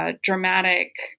Dramatic